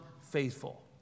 faithful